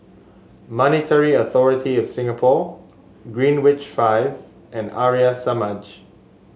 Monetary Authority Of Singapore Greenwich Five and Arya Samaj